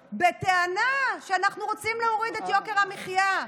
בטענה: אנחנו רוצים להוריד את יוקר המחיה.